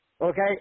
okay